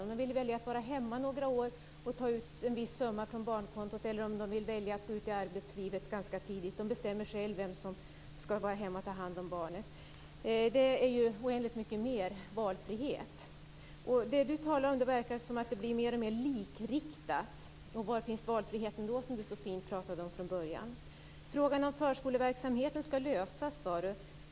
De kan välja om de vill vara hemma några år, och ta ut en viss summa från barnkontot, eller om de vill gå ut i arbetslivet ganska tidigt. De bestämmer själva vem som skall vara hemma och ta hand om barnet. Det är ju oändligt mycket mer valfrihet. Det Lennart Gustavsson talar om verkar vara mycket mer likriktat. Var finns då den valfrihet som Lennart Gustavsson så fint pratade om från början? Frågan om förskoleverksamheten skall lösas, sade Lennart Gustavsson.